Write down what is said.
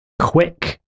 quick